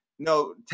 No